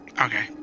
okay